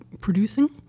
producing